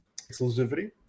exclusivity